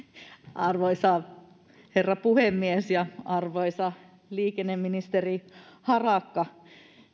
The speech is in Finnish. arvoisa herra puhemies ja arvoisa liikenneministeri harakka